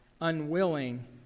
unwilling